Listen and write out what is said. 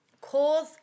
Cause